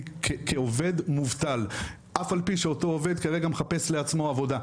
כעובד מובטל אף על פי שאותו עובד כרגע מחפש לעצמו עבודה,